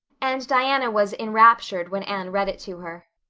and diana was enraptured when anne read it to her.